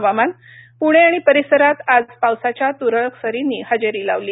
हवामान पुणे आणि परिसरात आज पावसाच्या तुरळक सरींनी हजेरी लावली